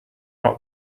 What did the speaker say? not